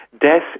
death